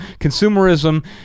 Consumerism